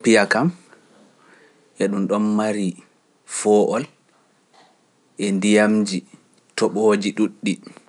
Itopiya kam e ɗum ɗon mari pewol e ndiyamji toɓooji ɗuuɗɗi.